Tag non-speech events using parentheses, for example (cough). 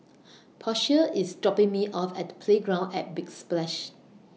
(noise) Portia IS dropping Me off At Playground At Big Splash